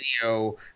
video